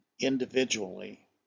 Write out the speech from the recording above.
individually